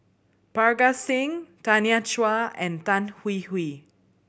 Parga Singh Tanya Chua and Tan Hwee Hwee